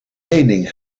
lening